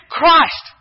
Christ